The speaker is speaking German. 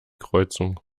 kreuzung